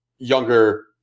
younger